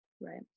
Right